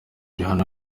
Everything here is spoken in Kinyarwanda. rihanna